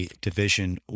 Division